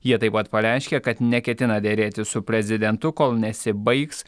jie taip pat pareiškė kad neketina derėtis su prezidentu kol nesibaigs